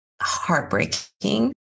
heartbreaking